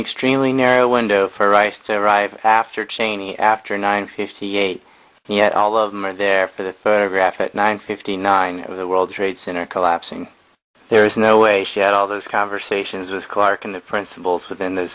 extremely narrow window for rice to arrive after cheney after nine fifty eight he had all of them are there for the further graphic nine fifty nine of the world trade center collapsing there is no way she had all those conversations with clark in the principal's within the